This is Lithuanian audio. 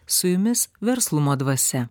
su jumis verslumo dvasia